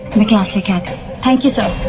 the class. like and thank you, sir.